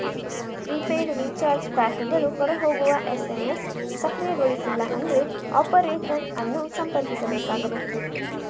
prepaid recharge ಪ್ಯಾಕುಗಳು ಹೊರ ಹೋಗುವ ಎಸ್.ಎಮ್.ಎಸ್ ಸಕ್ರಿಯಗೊಳಿಸಿಲ್ಲ ಅಂದ್ರೆ ಆಪರೇಟರ್ ಅನ್ನು ಸಂಪರ್ಕಿಸಬೇಕಾಗಬಹುದು